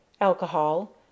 alcohol